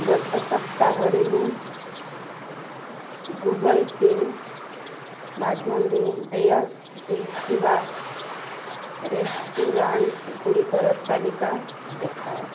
ଗତ ସପ୍ତାହରେ ମୁଁ ଗୁଗଲ୍ ପେ ମାଧ୍ୟମରେ ଦେୟ ଦେଇଥିବା ରେଷ୍ଟୁରାଣ୍ଟ ଗୁଡ଼ିକର ତାଲିକା ଦେଖାଅ